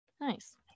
Nice